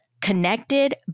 connected